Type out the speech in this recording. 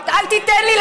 אל תיתן לי,